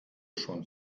schon